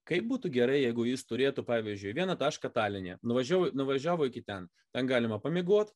kaip būtų gerai jeigu jis turėtų pavyzdžiui vieną tašką taline nuvažia nuvažiavo iki ten ten galima pamiegot